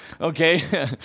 okay